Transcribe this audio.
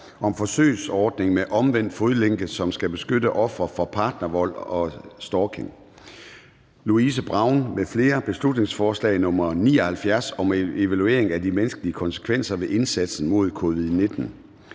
om forsøgsordning med omvendt fodlænke, som skal beskytte ofre for partnervold og stalking). Louise Brown (LA) m.fl.: Beslutningsforslag nr. B 79 (Forslag til folketingsbeslutning om evaluering af de menneskelige konsekvenser ved indsatsen mod covid-19).